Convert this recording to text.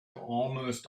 almost